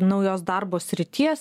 naujos darbo srities